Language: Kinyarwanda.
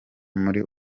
muri